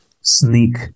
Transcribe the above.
sneak